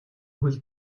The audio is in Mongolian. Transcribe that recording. хөл